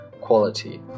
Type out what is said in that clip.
quality